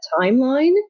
timeline